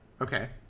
Okay